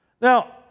Now